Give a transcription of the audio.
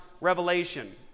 revelation